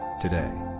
today